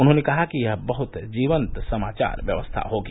उन्होंने कहा कि यह बहुत जीवंत समाचार व्यवस्था होगी